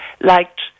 liked